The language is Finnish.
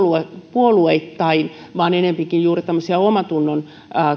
puolueittain vaan ovat enempikin juuri tämmöisiä omantunnon